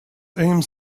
amc